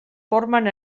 formen